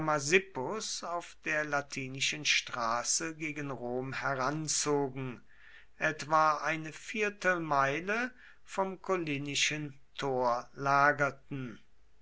auf der latinischen straße gegen rom herangezogen etwa eine viertelmeile vom collinischen tor lagerten